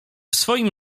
swoim